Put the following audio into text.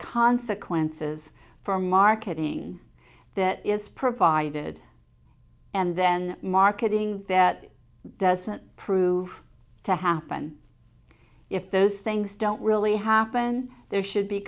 consequences for marketing that is provided and then marketing that doesn't prove to happen if those things don't really happen there should be